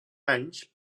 anys